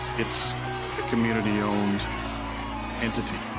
it's a community owned entity,